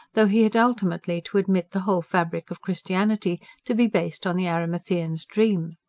though he had ultimately to admit the whole fabric of christianity to be based on the arimathean's dream.